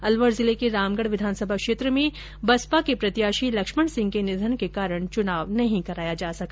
अलवर जिले के रामगढ़ विधानसभा क्षेत्र में बहुजन समाज पार्टी के प्रत्याशी लक्ष्मण सिंह के निधन के कारण चुनाव नहीं कराया जा सका